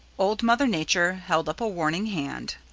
old mother nature held up a warning hand.